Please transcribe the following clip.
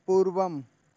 पूर्वम्